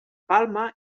palma